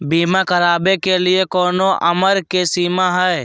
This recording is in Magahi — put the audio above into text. बीमा करावे के लिए कोनो उमर के सीमा है?